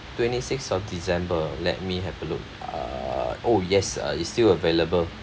twenty sixth of december let me have a look uh oh yes uh it's still available